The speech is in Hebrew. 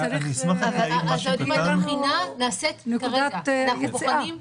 צריך שתהיה לנו נקודת יציאה.